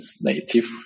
native